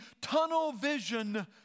tunnel-vision